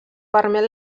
permet